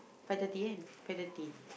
five thirty kan five thirty